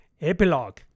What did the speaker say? Epilogue